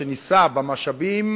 שניסה במשאבים